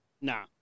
Nah